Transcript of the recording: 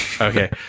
Okay